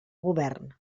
govern